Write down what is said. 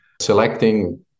selecting